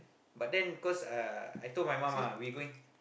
but then cause uh I told my mum ah we going